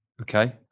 Okay